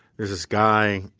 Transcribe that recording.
there's this guy.